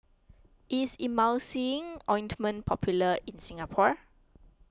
is Emulsying Ointment popular in Singapore